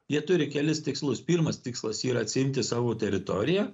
jie turi kelis tikslus pirmas tikslas yra atsiimti savo teritoriją